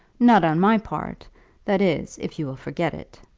not on my part that is, if you will forget it.